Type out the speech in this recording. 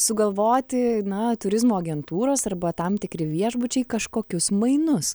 sugalvoti na turizmo agentūros arba tam tikri viešbučiai kažkokius mainus